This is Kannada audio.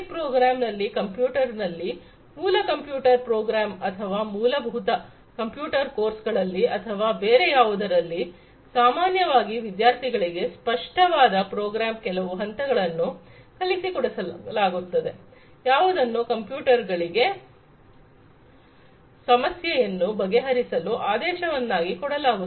Tech ಪ್ರೋಗ್ರಾಮ್ ನಲ್ಲಿ ಕಂಪ್ಯೂಟರ್ನಲ್ಲಿ ಮೂಲ ಕಂಪ್ಯೂಟರ್ ಪ್ರೋಗ್ರಾಮ್ ಅಥವಾ ಮೂಲಭೂತ ಕಂಪ್ಯೂಟರ್ ಕೋರ್ಸ್ಗಳಲ್ಲಿ ಅಥವಾ ಬೇರೆ ಯಾವುದರಲ್ಲಿ ಸಾಮಾನ್ಯವಾಗಿ ವಿದ್ಯಾರ್ಥಿಗಳಿಗೆ ಸ್ಪಷ್ಟವಾದ ಪ್ರೋಗ್ರಾಂ ಕೆಲವು ಹಂತಗಳನ್ನು ಕಲಿಸಿಕೊಡಲಾಗುತ್ತದೆ ಯಾವುದನ್ನು ಕಂಪ್ಯೂಟರ್ಗಳಿಗೆ ಸಮಸ್ಯೆಯನ್ನು ಬಗೆಹರಿಸಲು ಆದೇಶವನ್ನಾಗಿ ಕೊಡಲಾಗುತ್ತದೆ